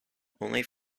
only